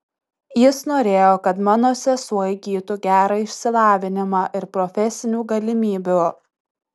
jis norėjo kad mano sesuo įgytų gerą išsilavinimą ir profesinių galimybių